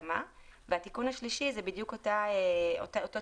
התיקון השלישי הוא בדיוק אותו תיקון